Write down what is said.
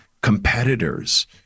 competitors